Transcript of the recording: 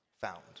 Found